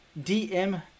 DM